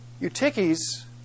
Eutyches